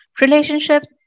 relationships